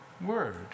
word